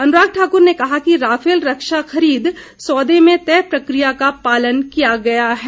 अनुराग ठाकुर ने कहा कि राफेल रक्षा खरीद सौदे में तय प्रक्रिया का पालन किया गया है